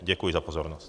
Děkuji za pozornost.